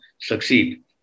succeed